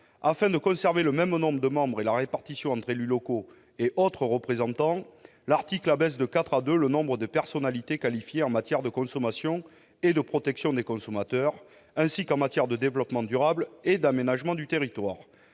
Afin de conserver le même nombre de membres et la répartition entre élus locaux et autres représentants, le nombre de personnalités qualifiées en matière de consommation et de protection des consommateurs, ainsi qu'en matière de développement durable et d'aménagement du territoire